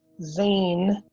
zain,